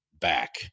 back